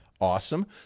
Awesome